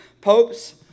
popes